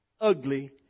ugly